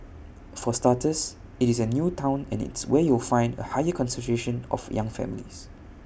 for starters IT is A new Town and it's where you'll find A higher concentration of young families